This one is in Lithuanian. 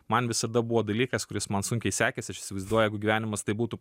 man visada buvo dalykas kuris man sunkiai sekėsi aš įsivaizduoju gyvenimas tai būtų